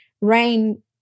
Rain